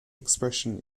expression